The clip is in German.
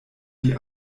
die